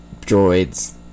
droids